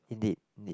indeed indeed